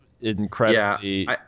incredibly